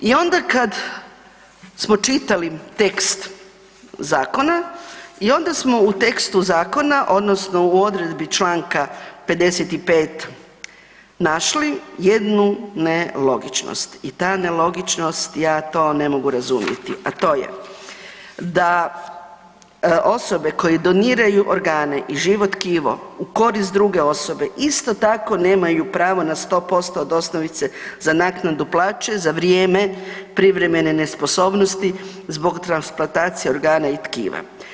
I onda kad smo čitali tekst zakona i onda smo u tekstu zakona, odnosno u odredbi čl. 55 našli jednu nelogičnost i ta nelogičnost, ja to ne mogu razumjeti, a to je da osobe koje doniraju organe i živo tkivo u korist druge osobe isto tako nemaju pravo na 100% od osnovice za naknadu plaće za vrijeme privremene nesposobnosti zbog transplantacije organa i tkiva.